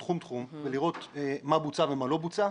תחום תחום ולראות מה בוצע ומה לא בוצע.